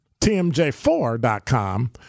TMJ4.com